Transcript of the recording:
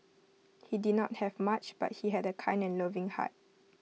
he did not have much but he had A kind and loving heart